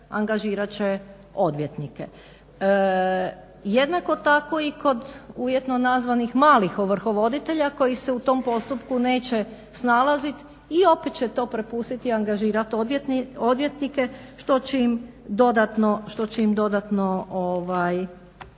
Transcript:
angažirat će odvjetnike. Jednako tako i kod ujedno nazvanih malih ovrhovoditelja koji se u tom postupku neće snalaziti i opet će to prepustiti i angažirati odvjetnike što će im dodatno